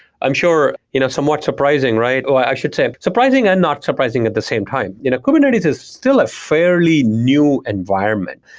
i'm sure you know somewhat surprising, right? i should say surprising and not surprising at the same time. you know kubernetes is still a fairly new environment,